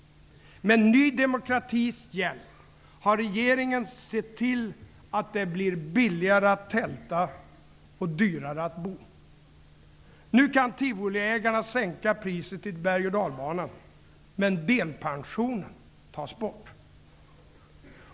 Med Ny demokratis hjälp har regeringen sett till att det blir billigare att tälta och dyrare att bo.